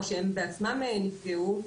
שהם בעצמם נפגעו,